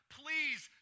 please